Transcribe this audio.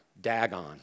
Dagon